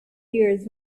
years